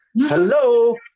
Hello